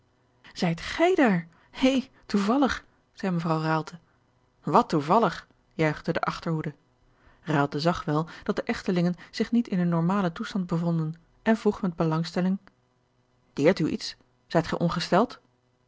zijt gij daar hé toevallig zeî mevrouw raalte wat toevallig juichte de achterhoede raalte zag wel dat de echtelingen zich niet in hun normalen toestand bevonden en vroeg met belangstelling deert u iets zijt gij ongesteld